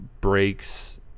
breaks